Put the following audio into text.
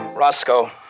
Roscoe